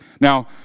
Now